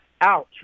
Ouch